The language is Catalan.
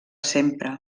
sempre